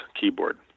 keyboard